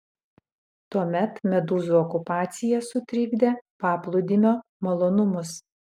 tuomet medūzų okupacija sutrikdė paplūdimio malonumus